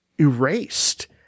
erased